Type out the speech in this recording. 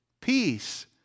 peace